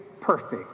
perfect